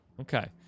Okay